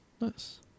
Nice